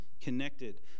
connected